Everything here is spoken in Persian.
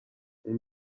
اون